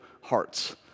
hearts